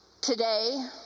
today